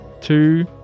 Two